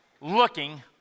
looking